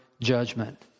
judgment